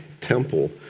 temple